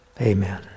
Amen